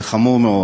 זה חמור מאוד.